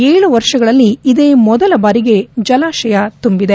ಏಳು ವರ್ಷಗಳಲ್ಲಿ ಇದೇ ಮೊದಲ ಬಾರಿಗೆ ಜಲಾಶಯ ತುಂಬಿದೆ